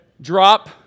drop